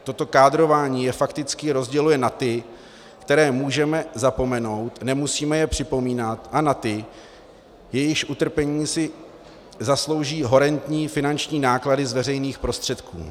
Toto kádrování je fakticky rozděluje na ty, které můžeme zapomenout, nemusíme je připomínat, a na ty, jejichž utrpení si zaslouží horentní finanční náklady z veřejných prostředků.